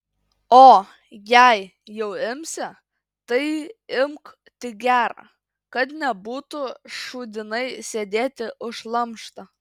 o jei jau imsi tai imk tik gerą kad nebūtų šūdinai sėdėti už šlamštą